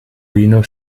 vino